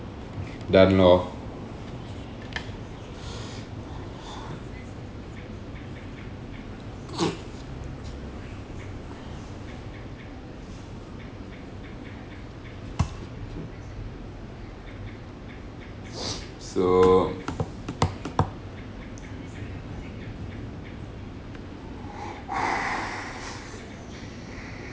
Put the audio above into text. done lor so